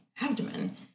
abdomen